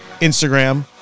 Instagram